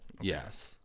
yes